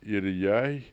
ir jai